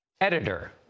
Editor